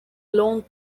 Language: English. long